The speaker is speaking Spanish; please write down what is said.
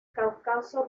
cáucaso